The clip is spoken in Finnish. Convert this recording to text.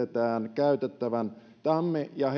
käytettävän vuoden kaksituhattakaksikymmentä tammi ja